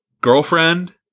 girlfriend